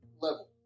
level